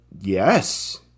yes